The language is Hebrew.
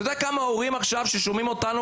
אתה יודע כמה הורים ששומעים אותנו עכשיו